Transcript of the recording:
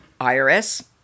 IRS